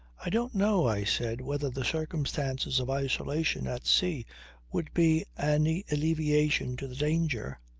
i don't know, i said, whether the circumstances of isolation at sea would be any alleviation to the danger.